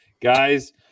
guys